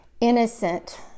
innocent